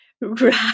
Right